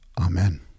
Amen